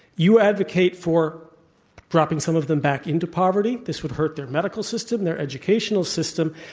you advocate for dropping some of them back into poverty. this would hurt their medical system, their educational system.